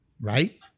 right